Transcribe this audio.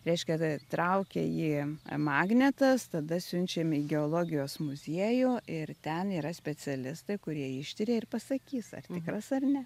reiškia traukia jį magnetas tada siunčiam į geologijos muziejų ir ten yra specialistai kurie ištiria ir pasakys ar tikras ar ne